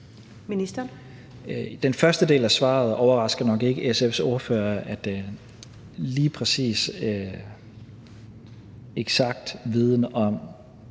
Tesfaye): Den første del af svaret overrasker nok ikke SF's ordfører. Lige præcis eksakt viden om